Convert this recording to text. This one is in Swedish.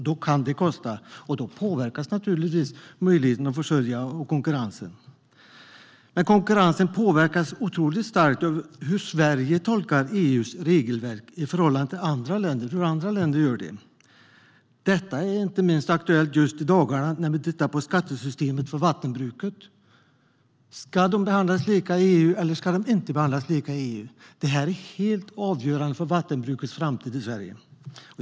Det kan kosta, och då påverkas naturligtvis möjligheten att försörja sig samt konkurrensen. Konkurrensen påverkas otroligt starkt av hur Sverige tolkar EU:s regelverk i förhållande till hur andra länder gör det. Detta är inte minst aktuellt i dagarna när vi tittar på skattesystemet för vattenbruket. Ska de behandlas lika i EU, eller ska de inte behandlas lika i EU? Det är helt avgörande för vattenbrukets framtid i Sverige.